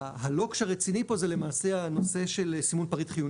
הלוקש הרציני פה זה למעשה הנושא של סימון פריט חיוני.